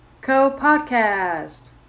Co-Podcast